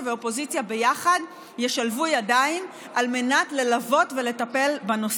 ואופוזיציה ביחד ישלבו ידיים על מנת ללוות את נושא ולטפל בו.